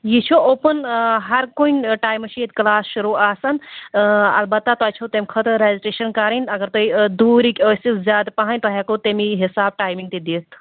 یہِ چھُ اوٚپُن ہر کُنہِ ٹایمہٕ چھِ ییٚتہِ کٕلاس شروٗع آسان البتہ تۄہہِ چھَو تَمہِ خٲطر رجٹریشن کَرٕنۍ اگر تُہۍ دوٗرٕکۍ آسِو زیادٕ پہن تۄہہِ ہٮ۪کو تَمے حِساب ٹایمِنٛگ تہِ دِتھ